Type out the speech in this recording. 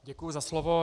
Děkuji za slovo.